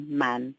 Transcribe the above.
man